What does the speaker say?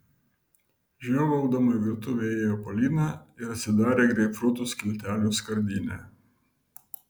žiovaudama į virtuvę įėjo polina ir atsidarė greipfrutų skiltelių skardinę